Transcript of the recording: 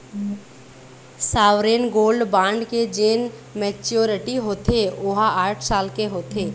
sovereign gold bond के जेन maturity होथे ओहा आठ साल के होथे